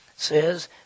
says